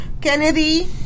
Kennedy